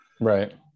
Right